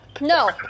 No